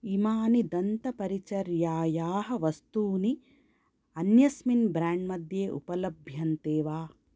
इमानि दन्तपरिचर्यायाः वस्तूनि अन्यस्मिन् ब्राण्ड् मध्ये उपलभ्यन्ते वा